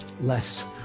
less